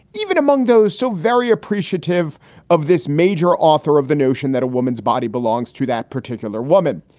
even among those so very appreciative of this major author of the notion that a woman's body belongs to that particular woman?